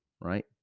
right